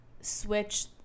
switch